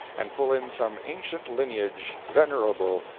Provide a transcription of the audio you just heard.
and pull in some ancient lineage, venerable,